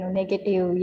negative